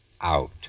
Out